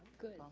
good,